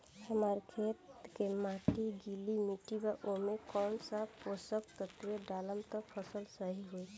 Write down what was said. हमार खेत के माटी गीली मिट्टी बा ओमे कौन सा पोशक तत्व डालम त फसल सही होई?